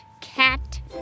cat